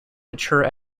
mature